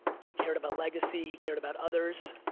he cared about legacy, he cared about others.